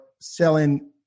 selling